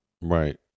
Right